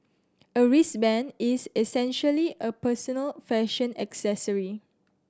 a wristband is essentially a personal fashion accessory